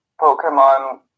Pokemon